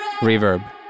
reverb